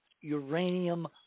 uranium